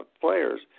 players